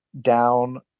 down